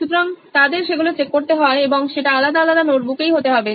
সুতরাং তাদের সেগুলো চেক করতে হয় এবং সেটা আলাদা আলাদা নোটবুকেই হতে হবে